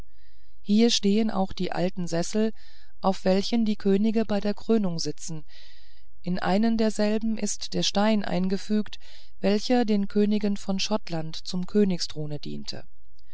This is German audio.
hier stehen auch die alten sessel auf welchen die könige bei der krönung sitzen in einen derselben ist der stein eingefügt welcher den königen von schottland zum königsthrone diente